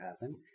happen